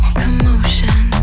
commotion